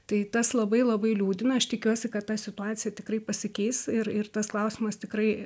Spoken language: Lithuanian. tai tas labai labai liūdina aš tikiuosi kad ta situacija tikrai pasikeis ir ir tas klausimas tikrai